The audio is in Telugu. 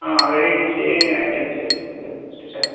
వెరైటీస్ ఏ ఐటెమ్స్ చేస్త స్పెషల్